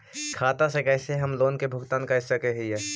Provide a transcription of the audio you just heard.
खाता से कैसे हम लोन के भुगतान कर सक हिय?